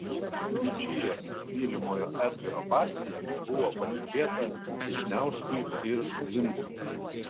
liučijos mylimojo edgaro partija buvo patikėta vyšniauskui ir zimkui